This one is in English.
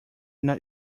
not